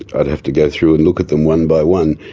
i'd have to go through and look at them one by one,